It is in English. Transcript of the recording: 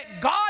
God